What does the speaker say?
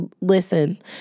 Listen